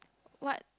what